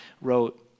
wrote